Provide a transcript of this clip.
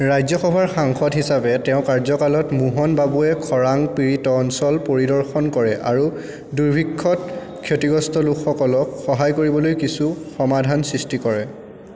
ৰাজ্যসভাৰ সাংসদ হিচাপে তেওঁৰ কাৰ্যকালত মোহন বাবুয়ে খৰাং পীড়িত অঞ্চল পৰিদৰ্শন কৰে আৰু দুৰ্ভিক্ষত ক্ষতিগ্ৰস্ত লোকসকলক সহায় কৰিবলৈ কিছু সমাধান সৃষ্টি কৰে